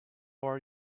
are